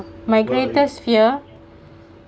my greatest fear